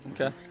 Okay